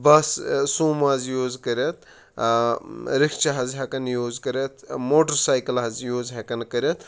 بَس Sumo حظ use کٔرِتھ rickshaw حظ ہٮ۪کان یوٗز کٔرِتھ موٹَر سایکَل حظ یوٗز ہٮ۪کان کٔرِتھ